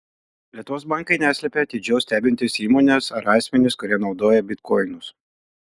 lietuvos bankai neslepia atidžiau stebintys įmones ar asmenis kurie naudoja bitkoinus